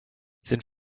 sind